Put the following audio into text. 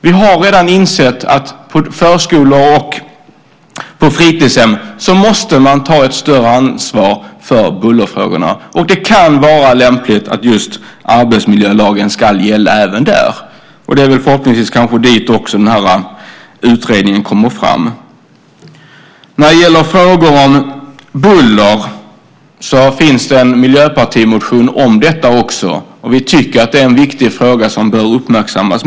Vi har redan insett att man på förskolor och fritidshem måste ta ett större ansvar för bullerfrågorna, och det kan vara lämpligt att just arbetsmiljölagen ska gälla även där. Förhoppningsvis kommer den här utredningen fram till det. När det gäller frågorna om buller finns det också en miljöpartimotion. Vi tycker att det är en viktig fråga som bör uppmärksammas.